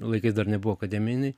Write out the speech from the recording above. laikais dar nebuvo akademinė jinai